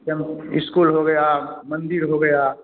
campus school हो गया मंदिर हो गया